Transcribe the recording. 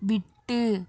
விட்டு